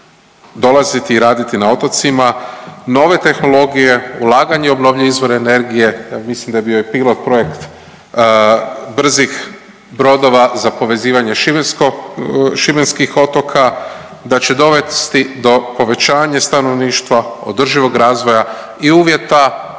dolaziti i raditi na otocima, nove tehnologije, ulaganje u obnovljive izvore energije. Ja mislim da je bio i pilot projekt brzih brodova za povezivanje šibenskih otoka, da će dovesti do povećanja stanovništva, održivog razvoja i uvjeta